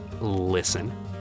listen